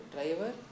Driver